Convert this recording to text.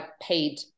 paid